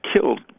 killed